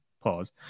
pause